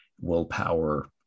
willpower